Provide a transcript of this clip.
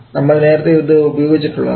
നമ്മൾ നേരത്തെ ഇത് ഉപയോഗിച്ചിട്ടുള്ളതാണ്